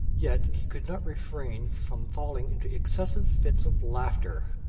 yet he could not refrain from falling into excessive fits of laughter.